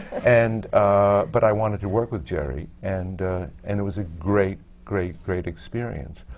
and ah but i wanted to work with jerry, and and it was a great, great, great experience,